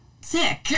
sick